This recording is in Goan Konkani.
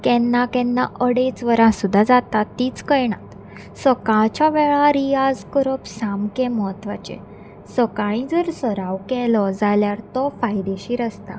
केन्ना केन्ना अडेच वरां सुद्दां जाता तीच कळना सकाळच्या वेळार रियाज करप सामकें म्हत्वाचें सकाळीं जर सराव केलो जाल्यार तो फायदेशीर आसता